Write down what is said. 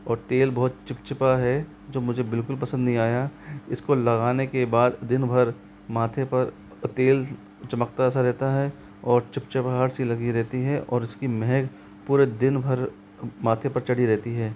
और तेल बहुत चिपचिपा है जो मुझे बिल्कुल पसंद नहीं आया इस को लगाने के बाद दिन भर माथे पर तेल चमकता सा रहता है और चिपचिपाहट सी लगी रहती है और इसकी महक पूरे दिन भर माथे पर चढ़ी रहती है